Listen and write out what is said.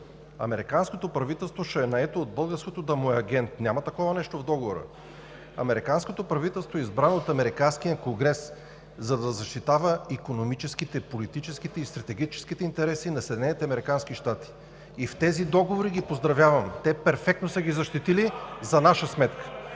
Американското правителство ще е наето от българското да му е агент!? Няма такова нещо в Договора! Американското правителство е избрано от Американския конгрес, за да защитава икономическите, политическите и стратегическите интереси на Съединените американски щати. И в тези договори ги поздравявам! Те перфектно са ги защитили за наша сметка!